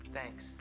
Thanks